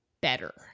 better